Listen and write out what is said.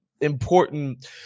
important